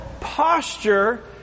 posture